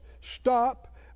stop